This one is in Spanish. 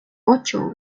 ocho